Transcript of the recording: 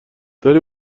داری